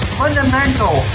fundamental